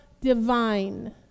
divine